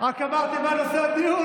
אמרת "קואליציה" רק אמרתי מה נושא הדיון,